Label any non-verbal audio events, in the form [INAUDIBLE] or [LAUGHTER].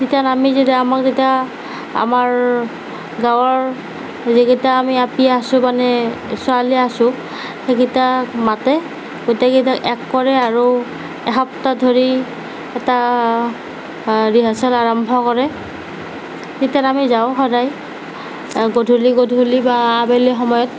[UNINTELLIGIBLE] আমি যেতিয়া আমাক যেতিয়া আমাৰ গাঁৱৰ যিকেইটা আমি আপী আছোঁ মানে ছোৱালী আছোঁ সেইকেইটাক মাতে গোটেইকইটাক এক কৰে আৰু এসপ্তাহ ধৰি এটা ৰিহাৰ্চেল আৰম্ভ কৰে সেই তাত আমি যাওঁ সদায় গধূলি গধূলি বা আবেলি সময়ত